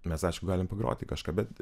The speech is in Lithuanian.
mes aišku galim pagroti kažką bet